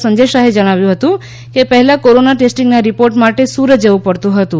સંજય શાહે જણાવ્યું હતું કે પહેલા કોરોના ટેસ્ટીંગના રીપોર્ટ માટે સુરત જવુ પડતુ હતું